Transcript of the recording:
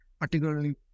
Particularly